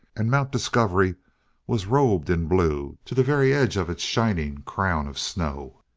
and mount discovery was robed in blue to the very edge of its shining crown of snow.